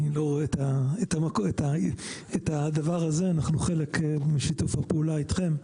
אני לא רואה את הדבר הזה אנחנו חלק משיתוף הפעולה אתכם,